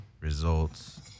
results